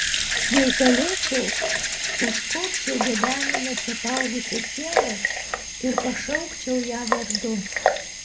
jei galėčiau užkopčiau gebenėmis apaugusia siena ir pašaukčiau ją vardu